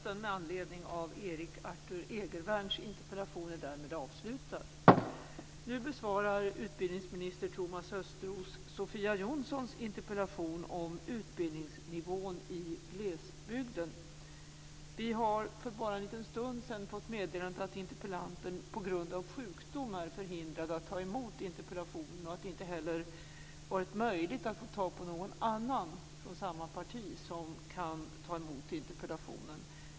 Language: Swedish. Vi har för bara en liten stund sedan fått meddelandet att interpellanten till interpellation 134 på grund av sjukdom är förhindrad att ta emot interpellationen och att det inte heller varit möjligt att få tag på någon annan från samma parti som kan ta emot interpellationen.